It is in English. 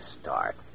start